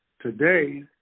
Today